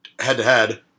head-to-head